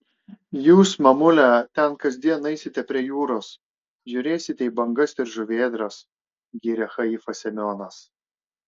jūs mamule ten kasdien eisite prie jūros žiūrėsite į bangas ir žuvėdras gyrė haifą semionas